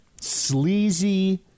sleazy